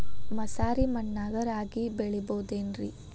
ಮಸಾರಿ ಮಣ್ಣಾಗ ರಾಗಿ ಬೆಳಿಬೊದೇನ್ರೇ?